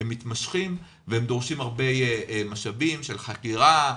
מתמשכים ודורשים הרבה משאבים של חקירה,